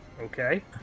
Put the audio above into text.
Okay